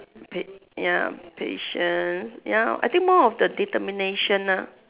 wait ya patience ya I think more of the determination ah